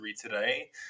today